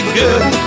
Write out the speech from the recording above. good